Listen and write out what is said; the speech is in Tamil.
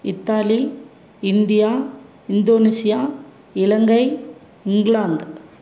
Italy India Indonesia Ilangai England